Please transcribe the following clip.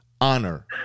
honor